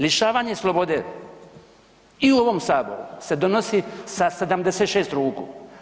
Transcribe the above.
Lišavanje slobode i u ovom saboru se donosi sa 76 ruku.